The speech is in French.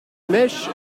mèche